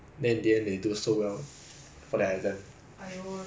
!aiya! I think it's just humble bragging okay